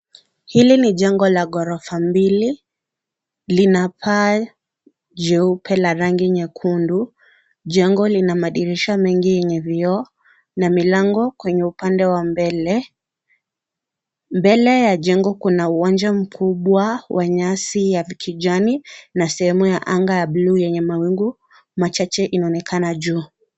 Hili ni jengo la ghorofa mbili. Lina paa jeupe la rangi nyekundu. Jengo lina madirisha mengi yenye vioo na milango kwenye upande wa mbele. Mbele ya jengo kuna uwanja mkubwa wa nyasi ya kijani na sehemu ya anga ya buluu yenye mawingu machache inaonekana juu.